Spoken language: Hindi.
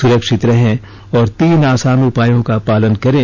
सुरक्षित रहें और तीन आसान उपायों का पालन करें